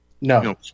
No